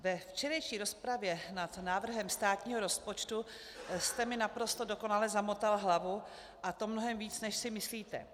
Ve včerejší rozpravě nad návrhem státního rozpočtu jste mi naprosto dokonale zamotal hlavu, a to mnohem víc, než si myslíte.